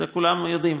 את זה כולנו יודעים.